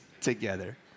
together